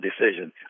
decision